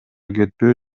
кетпөө